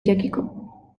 irekiko